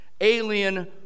Alien